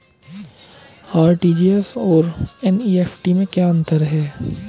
RTGS और NEFT में क्या अंतर है?